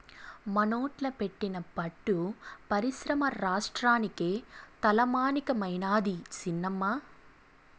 మనోట్ల పెట్టిన పట్టు పరిశ్రమ రాష్ట్రానికే తలమానికమైనాది సినమ్మా